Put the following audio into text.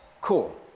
Cool